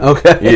Okay